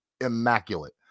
immaculate